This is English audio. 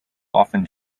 often